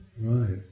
Right